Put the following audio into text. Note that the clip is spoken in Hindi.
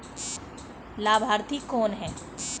लाभार्थी कौन है?